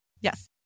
Yes